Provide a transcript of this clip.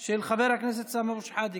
של חבר הכנסת סמי אבו שחאדה